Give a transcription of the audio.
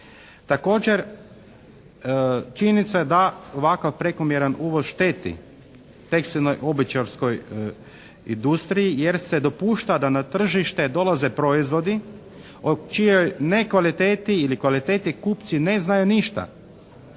Također činjenica je da ovakav prekomjeran uvoz šteti tekstilnoj-obućarskoj industriji jer se dopušta da na tržište dolaze proizvodi o čijoj nekvaliteti ili kvaliteti kupci ne znaju ništa.